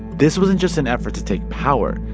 this wasn't just an effort to take power.